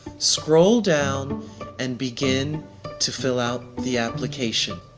scroll down and begin to fill out the application.